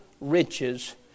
riches